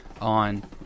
on